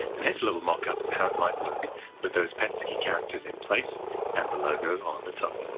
here's a little mockup of how it might look with those petscii characters in place and the logo on the top.